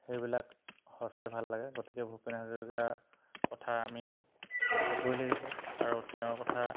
সেইবিলাক সঁচাই ভাল লাগে গতিকে ভূপেন হাজৰিকাৰ কথা আমি ক'বই লাগিব আৰু তেওঁৰ কথা